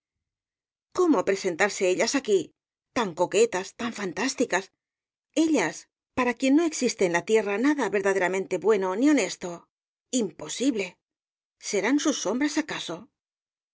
cómo presentarse ellas aquí tan coquetas tan fantásticas ellas para quien no existe en la tierra nada verdaderamente bueno ni honesto imposible serán sus sombras acaso